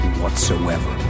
whatsoever